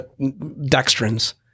dextrins